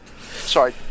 sorry